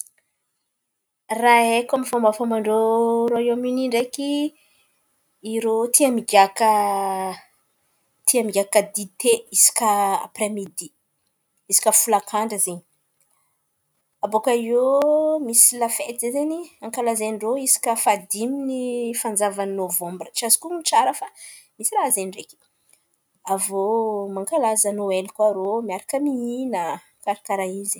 Raha haiko amy fômbafômban-drô Rôiôm Onia ndraiky, irô tia migaka dite isaky apre midi, isaka folakandra zen̈y. Abaka eo misy la fety zay zen̈y ankalazain-drô, isaka fahadimin’ny fanjavan’ny nôvambra. Tsy azoko honon̈o tsara fa misy raha zen̈y ndraiky. Avô mankalaza nôely koa rô miaraka mihin̈a, karkaràha zen̈y.